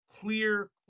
clear